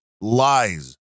lies